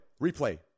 Replay